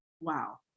Wow